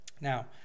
Now